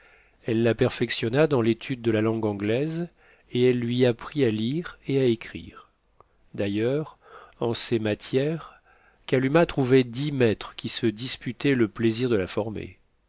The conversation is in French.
la perfectionna dans l'étude de la langue anglaise et elle lui apprit à lire et à écrire d'ailleurs en ces matières kalumah trouvait dix maîtres qui se disputaient le plaisir de la former